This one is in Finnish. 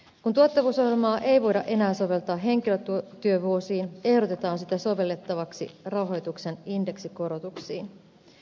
kun tuottavuusohjelmaa ei voida enää soveltaa henkilötyövuosiin ehdotetaan sitä sovellettavaksi rahoituksen indeksikorotuksiin